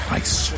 ice